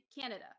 Canada